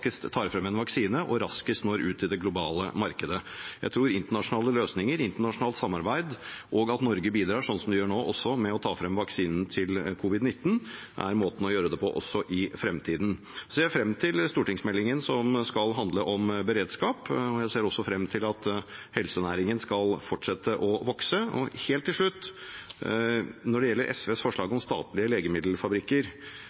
tar frem en vaksine, og raskest når ut til det globale markedet. Jeg tror internasjonale løsninger og internasjonalt samarbeid, og at Norge bidrar, som vi gjør nå også med å utvikle vaksine for covid-19, er måten å gjøre det på også i fremtiden. Jeg ser frem til stortingsmeldingen som skal handle om beredskap. Jeg ser også frem til at helsenæringen skal fortsette å vokse. Helt til slutt: Når det gjelder SVs forslag